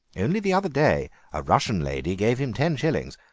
only the other day a russian lady gave him ten shillings.